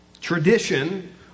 tradition